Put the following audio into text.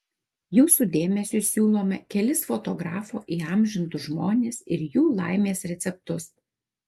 jūsų dėmesiui siūlome kelis fotografo įamžintus žmones ir jų laimės receptus